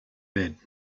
bed